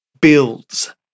builds